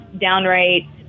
downright